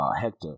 Hector